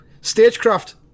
Stagecraft